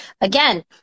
again